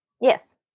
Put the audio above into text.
yes